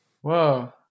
Whoa